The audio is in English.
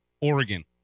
Oregon